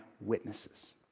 witnesses